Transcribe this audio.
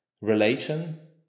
relation